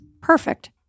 Perfect